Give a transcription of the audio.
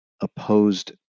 opposed